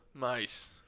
Nice